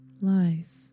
life